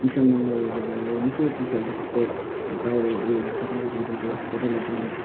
mission मङ्गलहरू भयो निकै पिक्चरहरू पनि त्यस्तो त्यो बाहिर उयोहरू पठाएको देख्दा त्यो सैटेलाइटहरू